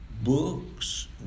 books